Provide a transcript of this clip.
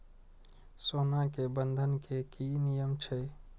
सोना के बंधन के कि नियम छै?